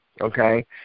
Okay